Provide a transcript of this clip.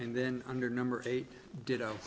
and then under number eight did